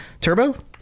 Turbo